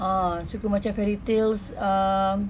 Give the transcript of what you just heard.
ah suka macam fairy tales uh